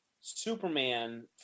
Superman